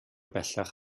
bellach